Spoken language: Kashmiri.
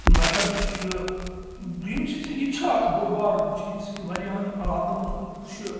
مطلب یہِ یِم یہِ چھُ اکھ بوٚڑ بارٕ اکھ چیٖز کہِ واریاہن عَلاقن منٛز تٕم تہِ چھِ